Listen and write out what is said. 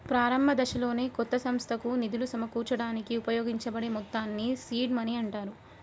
ప్రారంభదశలోనే కొత్త సంస్థకు నిధులు సమకూర్చడానికి ఉపయోగించబడే మొత్తాల్ని సీడ్ మనీ అంటారు